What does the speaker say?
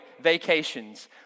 vacations